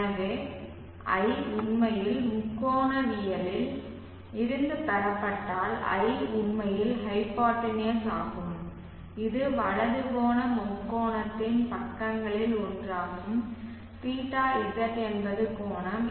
எனவே l உண்மையில் முக்கோணவியலில் இருந்து பெறப்பட்டால் l உண்மையில் ஹைப்போடென்யூஸ் ஆகும் இது வலது கோண முக்கோணத்தின் பக்கங்களில் ஒன்றாகும் θz என்பது கோணம்